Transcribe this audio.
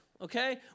Okay